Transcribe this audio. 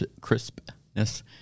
crispness